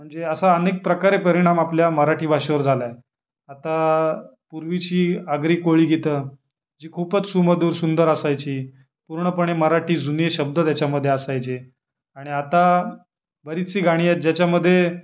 म्हणजे असा अनेक प्रकारे परिणाम आपल्या मराठी भाषेवर झाला आहे आता पूर्वीची आगरी कोळी गीतं जी खूपच सुमधुर सुंदर असायची पूर्णपणे मराठी जुने शब्द त्याच्यामध्ये असायचे आणि आता बरीचशी गाणी आहेत ज्याच्यामध्ये